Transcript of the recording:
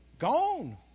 Gone